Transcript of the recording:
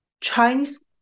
Chinese